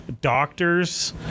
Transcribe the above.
doctors